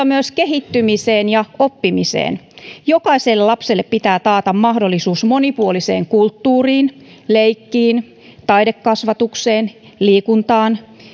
myös kehittymiseen ja oppimiseen jokaiselle lapselle pitää taata mahdollisuus monipuoliseen kulttuuriin leikkiin taidekasvatukseen liikuntaan